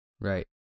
Right